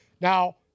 Now